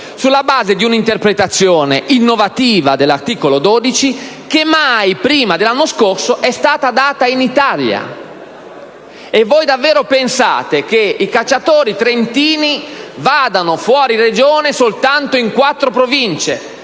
sulla base di un'interpretazione innovativa dell'articolo 12 della legge n. 157 che mai, prima dell'anno scorso, è stata data in Italia. E voi davvero pensate che i cacciatori trentini vadano fuori regione soltanto in quattro province?